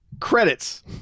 Credits